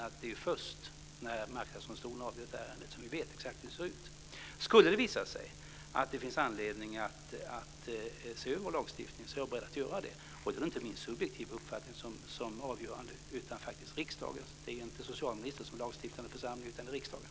Det är först när Marknadsdomstolen avgjort ett ärende som vi vet exakt hur det ser ut. Skulle det visa sig att det finns anledning att se över vår lagstiftning, är jag beredd att göra det, och då är det inte min subjektiva uppfattning utan riksdagens uppfattning som är avgörande. Det är inte socialministern utan riksdagen som stiftar lagar.